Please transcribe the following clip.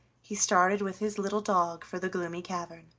he started with his little dog for the gloomy cavern.